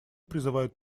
призывают